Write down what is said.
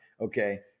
okay